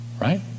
right